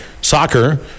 Soccer